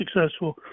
successful